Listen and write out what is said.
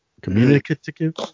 Communicative